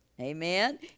Amen